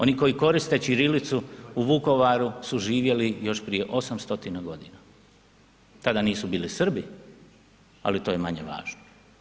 Oni koji koriste ćirilicu u Vukovaru su živjeli još prije 8000 g., tada nisu bili Srbi ali to je manje važno.